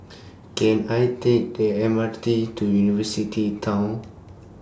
Can I Take The M R T to University Town